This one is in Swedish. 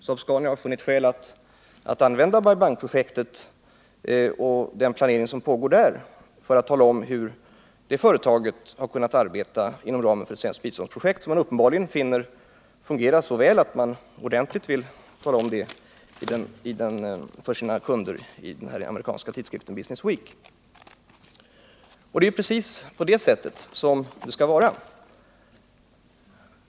Saab-Scania har funnit skäl att använda Bai Bang-projektet och den planering som pågår där för att tala om hur företaget har kunnat arbeta inom ramen för ett svenskt biståndsprojekt. Uppenbarligen finner man det hela fungera så väl att man vill tala om det för sina kunder i den amerikanska tidskriften Business Week. Det är precis på det här sättet som det skall vara.